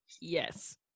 Yes